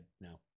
no